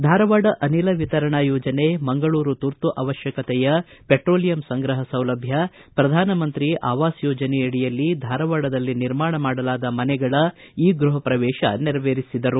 ಧಾರವಾಡ ಅನಿಲ ವಿತರಣಾ ಯೋಜನೆ ಮಂಗಳೂರು ತುರ್ತು ಅವಕಶ್ವಕತೆಯ ಪೆಟ್ರೋಲಿಯಂ ಸಂಗ್ರಹ ಸೌಲಭ್ವ ಪ್ರಧಾನಮಂತ್ರಿ ಆವಾಸ್ ಯೋಜನೆಯಡಿಯಲ್ಲಿ ಧಾರವಾಡದಲ್ಲಿ ನಿರ್ಮಾಣ ಮಾಡಲಾದ ಮನೆಗಳ ಇ ಗೃಹಪ್ರವೇಶ ನೆರವೇರಿಸಿದರು